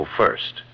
first